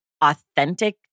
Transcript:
authentic